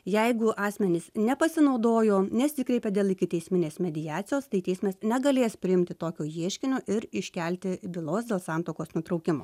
jeigu asmenys nepasinaudojo nesikreipė dėl ikiteisminės mediacijos tai teismas negalės priimti tokio ieškinio ir iškelti bylos dėl santuokos nutraukimo